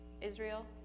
Israel